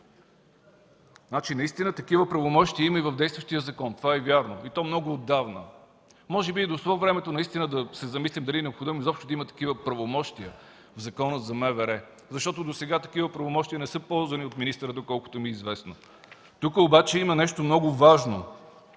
Наистина такива правомощия има и в действащия закон. Това е вярно. И то много отдавна. Може би е дошло времето наистина да се замислим дали е необходимо изобщо да има такива правомощия в Закона за МВР, защото досега такива правомощия не са ползвани от министъра, доколкото ми е известно. Тук обаче има нещо много важно